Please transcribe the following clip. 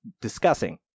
discussing